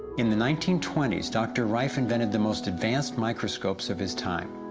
in the nineteen twenty s dr. rife and but the most advanced microscopes of his time.